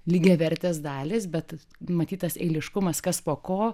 lygiavertės dalys bet numatytas eiliškumas kas po ko